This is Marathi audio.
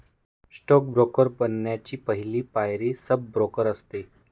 स्टॉक ब्रोकर बनण्याची पहली पायरी सब ब्रोकर असते